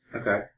Okay